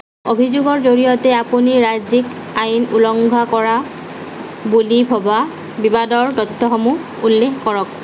অভিযোগৰ জৰিয়তে আপুনি ৰাজ্যিক আইন উলংঘা কৰা বুলি ভবা বিবাদৰ তথ্যসমূহ উল্লেখ কৰক